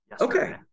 Okay